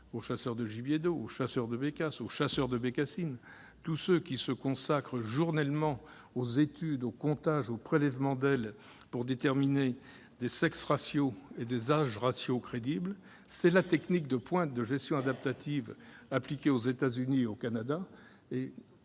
les chasseurs de gibier d'eau, de bécasses, de bécassines, ceux qui se consacrent journellement aux études, aux comptages, aux prélèvements d'ailes -afin de déterminer des sexe-ratios et des âge-ratios crédibles ? C'est la technique de pointe de gestion adaptative appliquée aux États-Unis et au Canada,